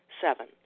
Seven